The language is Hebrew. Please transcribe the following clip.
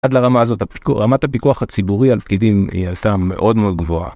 עד לרמה הזאת, רמת הפיקוח הציבורי על פקידים היא עלתה מאוד מאוד גבוהה.